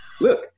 Look